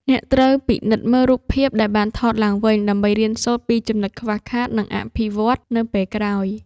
អ្នកត្រូវពិនិត្យមើលរូបភាពដែលបានថតឡើងវិញ ដើម្បីរៀនសូត្រពីចំណុចខ្វះខាត និងអភិវឌ្ឍនៅពេលក្រោយ។